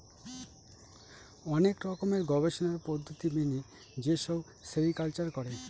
অনেক রকমের গবেষণার পদ্ধতি মেনে যেসব সেরিকালচার করে